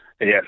Yes